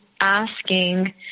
asking